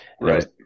Right